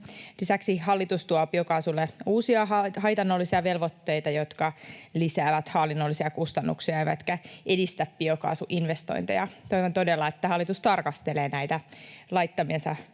Lisäksi hallitus tuo biokaasulle uusia haitallisia velvoitteita, jotka lisäävät hallinnollisia kustannuksia eivätkä edistä biokaasuinvestointeja. Toivon todella, että hallitus tarkastelee näitä laittamiaan